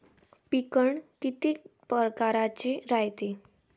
पिकं किती परकारचे रायते?